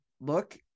look